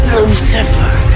Lucifer